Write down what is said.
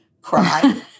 cry